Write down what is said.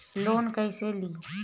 Loan कईसे ली?